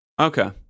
Okay